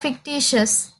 fictitious